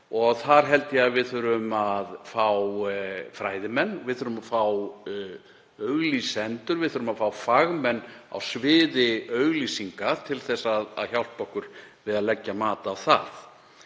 Þar held ég að við þurfum að fá fræðimenn, við þurfum að fá auglýsendur og við þurfum að fá fagmenn á sviði auglýsinga, til að hjálpa okkur við að leggja mat á það.